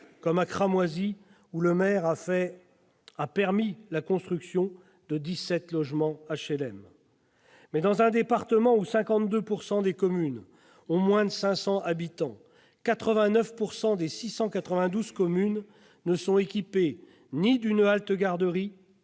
comme à Cramoisy, où le maire a permis la construction de dix-sept logements HLM. Mais dans un département où 52 % des communes ont moins de 500 habitants, 89 % des 692 communes ne sont équipées ni d'une halte-garderie